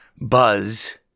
buzz